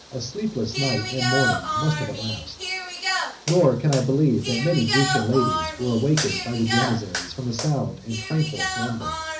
a sleepless night and morning must have elapsed nor can i believe that many grecian ladies were awakened by the janizaries from a sound and tranquil slumber.